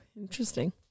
Interesting